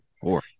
Four